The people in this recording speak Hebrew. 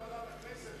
או לוועדת הכנסת.